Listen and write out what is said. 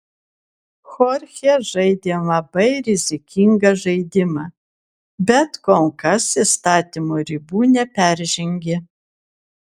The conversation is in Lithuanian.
chorchė žaidė labai rizikingą žaidimą bet kol kas įstatymo ribų neperžengė